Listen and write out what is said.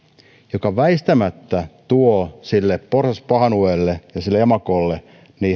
se väistämättä tuo sille porsaspahnueelle ja sille emakolle